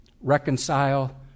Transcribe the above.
reconcile